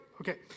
okay